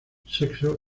sexo